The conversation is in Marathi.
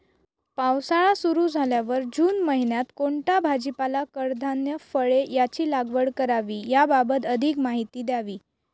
पावसाळा सुरु झाल्यावर जून महिन्यात कोणता भाजीपाला, कडधान्य, फळे यांची लागवड करावी याबाबत अधिक माहिती द्यावी?